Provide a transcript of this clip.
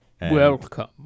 Welcome